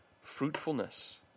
fruitfulness